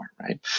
right